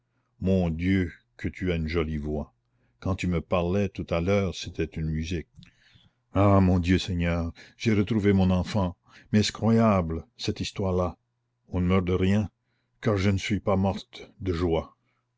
mon dieu que tu as une jolie voix quand tu me parlais tout à l'heure c'était une musique ah mon dieu seigneur j'ai retrouvé mon enfant mais est-ce croyable cette histoire-là on ne meurt de rien car je ne suis pas morte de joie